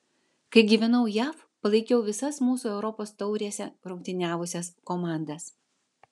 kai gyvenau jav palaikiau visas mūsų europos taurėse rungtyniavusias komandas